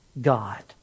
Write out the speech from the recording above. God